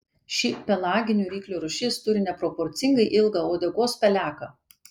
ši pelaginių ryklių rūšis turi neproporcingai ilgą uodegos peleką